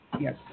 Yes